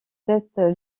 cette